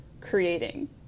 creating